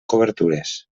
cobertures